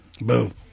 boom